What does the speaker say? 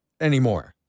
anymore